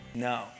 No